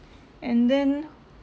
and then